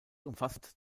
umfasst